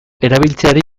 erabiltzeari